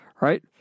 Right